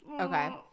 Okay